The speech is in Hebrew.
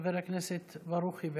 חבר הכנסת ברוכי,